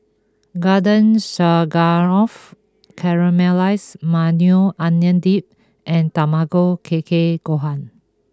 Garden Stroganoff Caramelized Maui Onion Dip and Tamago Kake Gohan